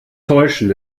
täuschen